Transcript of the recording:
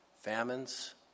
Famines